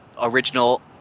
original